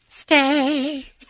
stay